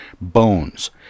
Bones